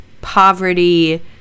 poverty